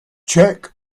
check